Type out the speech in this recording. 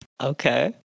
okay